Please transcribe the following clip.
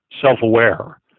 self-aware